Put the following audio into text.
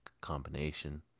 combination